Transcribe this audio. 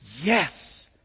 Yes